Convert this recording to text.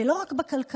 ולא רק בכלכלה.